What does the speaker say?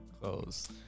close